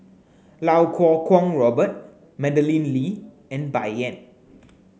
Iau Kuo Kwong Robert Madeleine Lee and Bai Yan